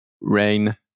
rain